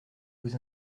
vous